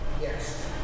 Yes